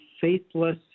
faithless